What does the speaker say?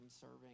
serving